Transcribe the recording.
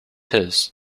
his